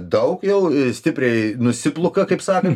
daug jau stipriai nusipluka kaip sakan